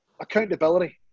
accountability